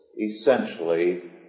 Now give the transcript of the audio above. essentially